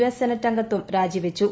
S senate അംഗത്വം രാജിവച്ചു